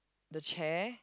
the chair